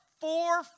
four